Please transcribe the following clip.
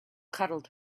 cuddled